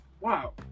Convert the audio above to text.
Wow